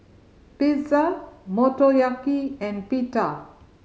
Pizza Motoyaki and Pita